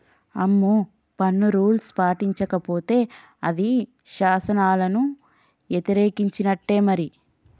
అమ్మో పన్ను రూల్స్ పాటించకపోతే అది శాసనాలను యతిరేకించినట్టే మరి